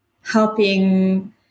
helping